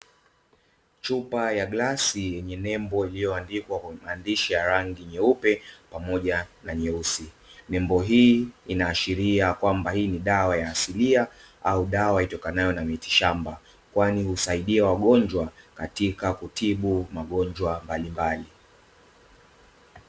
Chupa ya glasi yenye nembo iliyoandikwa kwa maandishi ya rangi nyeupe pamoja na nyeusi, nembo hii inaashiria ya kwamba hii ni dawa ya asilia, au dawa itokanayo na mitishamba, kwani husaidia wagonjwa katika kutibu magonjwa mbalimbali.